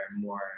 more